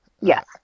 Yes